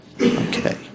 Okay